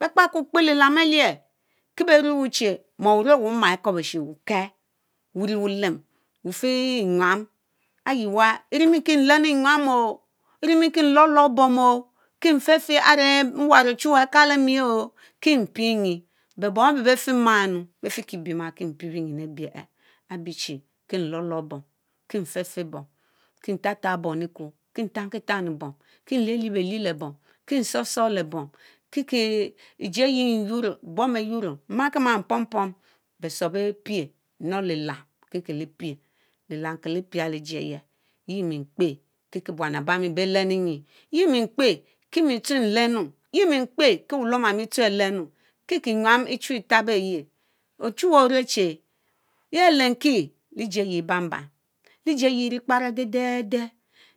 Bé kpakokpe celam Ɛleh kie beh rueweh chi meh weh rueh weh oma Ɛkubishi, weh orie wullem ofeh enyam Eyiewa erieh mi ki nlenu enyam oh, eriemi ki lorlor bom oh keh mfefe arẽ nwarr ochuweh akalemi oh ki pinyi but bom ebe beh fie ma enu beh fieki beimma ki pie benyin abieh abie chi ki lorlor bom, kie fefeh bom kie tap tap bom lee ekwo kie ntanki tanina bom kie nlie gé bee lieh lee bom kie nsorr sorr leh bom kikie eche yea bom beyuoro mmakima mpom pom besorr beh pie not cielam ki kie le pie lilam ki li pia lẽ ejie eyeh enyi mi kpe ki kie buan abami bé leniyi yea mi kpe ki me tsue lenu ye me kpe ki bulom ami tsue alenu ki kie enyam echu tsue etabeye ochuweh oruechi heh elenki ceji eyi ebanbam lejie yi eri kpara dede